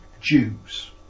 Jews